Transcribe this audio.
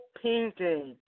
painting